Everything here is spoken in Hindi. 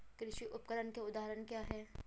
कृषि उपकरण के उदाहरण क्या हैं?